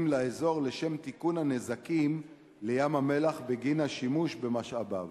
לאזור לשם תיקון הנזקים לים-המלח בגין השימוש במשאביו.